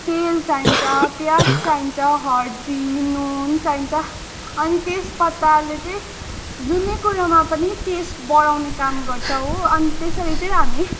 तेल चाहिन्छ प्याज चाहिन्छ हर्दी नुन चाहिन्छ अनि तेज पत्ताले चाहिँ जुनै कुरोमा पनि टेस्ट बडाउने काम गर्छ हो अनि त्यसरी चाहिँ हामी